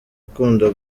ukunda